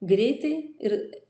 greitai ir